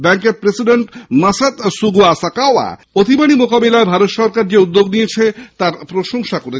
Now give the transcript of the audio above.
ব্যাঙ্কের প্রেসিডেন্ট মাসাত সুগুয়াসাকাওয়া অতিমারী মোকাবিলায় ভারত সরকার যে উদ্যোগ নিয়েছে তার প্রশংসা করেন